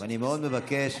אני מאוד מבקש